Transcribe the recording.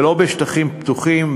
ולא בשטחים פתוחים,